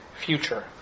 future